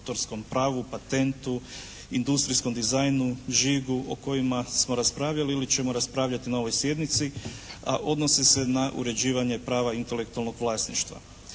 pravu, patentu, industrijskom dizajnu, žigu o kojima smo raspravljali ili ćemo raspravljati na ovoj sjednici a odnosi se na uređivanje prava intelektualnog vlasništva.